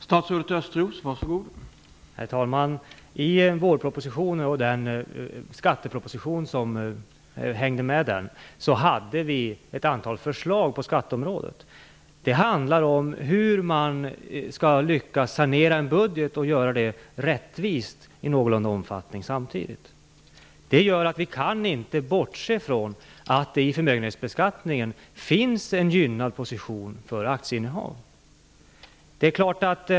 Herr talman! I vårpropositionen, och i den skatteproposition som hängde med denna, hade vi ett antal förslag på skatteområdet. Det handlar om hur man skall lyckas sanera budgeten, och samtidigt göra det någorlunda rättvist. Det gör att vi inte kan bortse från att det i förmögenhetsbeskattningen finns en gynnad position för aktieinnehav.